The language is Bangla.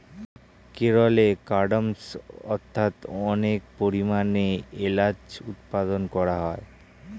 কেরলে কার্ডমমস্ অর্থাৎ অনেক পরিমাণে এলাচ উৎপাদন করা হয়